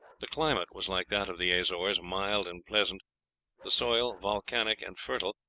the climate was like that of the azores, mild and pleasant the soil volcanic and fertile,